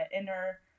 inner